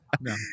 No